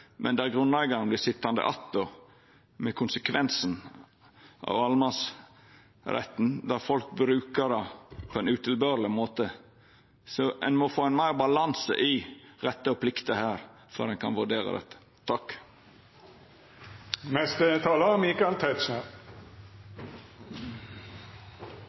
men der dei vert sitjande att med konsekvensen av allemannsretten, der folk brukar han på ein utilbørleg måte. Ein må få større balanse mellom rettar og plikter før ein kan vurdera